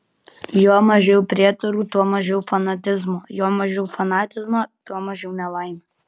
juo mažiau prietarų tuo mažiau fanatizmo juo mažiau fanatizmo tuo mažiau nelaimių